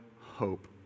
hope